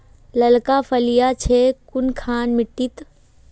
लालका फलिया छै कुनखान मिट्टी त?